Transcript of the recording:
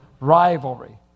rivalry